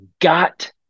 got